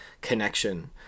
connection